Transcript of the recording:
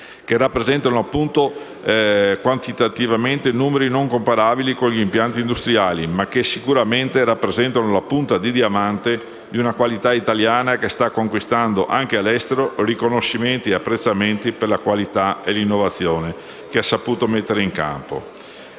che rappresentano quantitativamente numeri non comparabili con gli impianti industriali, ma che sicuramente rappresentano la punta di diamante di una qualità italiana che sta conquistando, anche all'estero, riconoscimenti e apprezzamenti per la qualità e l'innovazione che ha saputo mettere in campo.